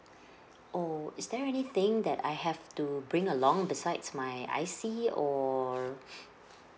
oh is there anything that I have to bring along besides my I_C or